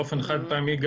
באופן חד-פעמי,